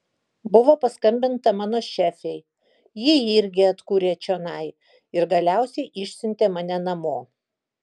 buvo paskambinta mano šefei ji irgi atkūrė čionai ir galiausiai išsiuntė mane namo